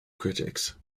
critics